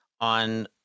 on